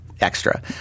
extra